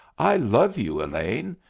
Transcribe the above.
i love you, elaine.